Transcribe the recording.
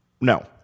no